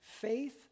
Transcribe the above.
faith